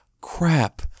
crap